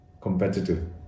competitive